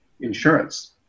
insurance